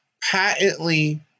patently